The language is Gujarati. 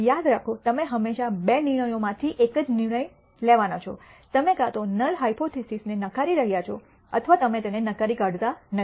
યાદ રાખોતમે હંમેશાં બે નિર્ણયોમાંથી એક જ નિર્ણય લેવાના છો તમે કાં તો નલ હાયપોથીસિસને નકારી રહ્યા છો અથવા તમે તેને નકારી કાઢતા નથી